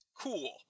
Cool